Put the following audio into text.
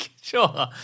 Sure